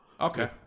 Okay